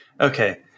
Okay